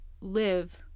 live